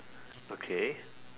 okay